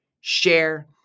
share